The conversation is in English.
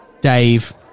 Dave